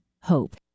hope